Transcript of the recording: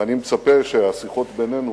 ואני מצפה שהשיחות בינינו